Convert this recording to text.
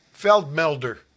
Feldmelder